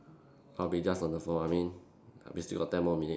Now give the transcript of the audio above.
I'll be just on the phone I mean we still got ten more minutes